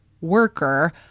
worker